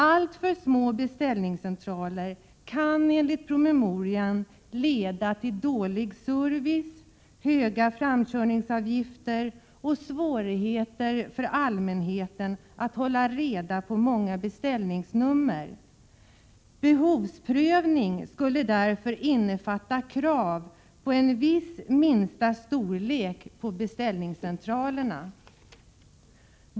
Alltför små beställningscentraler kan enligt promemorian leda till dålig service, höga framkörningsavgifter och svårigheter för allmänheten att hålla reda på de många beställningsnumren. Behovsprövningen skulle därför innefatta krav på en viss minsta storlek på beställningscentralerna.